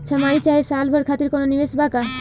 छमाही चाहे साल भर खातिर कौनों निवेश बा का?